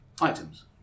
items